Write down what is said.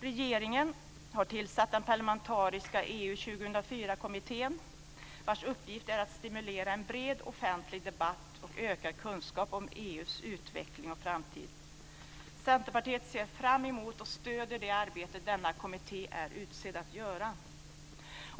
Regeringen har tillsatt den parlamentariska EU 2004-kommittén, vars uppgift är att stimulera en bred offentlig debatt och ökad kunskap om EU:s utveckling och framtid. Centerpartiet ser fram emot och stöder det arbete som denna kommitté är utsedd att göra.